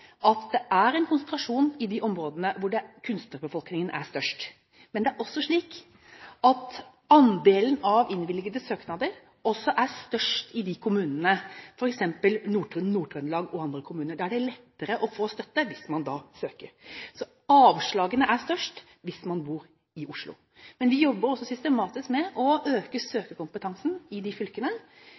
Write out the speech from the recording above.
at det er en konsentrasjon i de områdene hvor kunstnerbefolkningen er størst. Men det er også slik at andelen av innvilgede søknader er størst i f.eks. kommuner i Nord-Trøndelag og andre kommuner. Der er det lettere å få støtte hvis man søker. Så det er størst fare for avslag hvis man bor i Oslo. Men vi jobber også systematisk med å øke søkekompetansen i de fylkene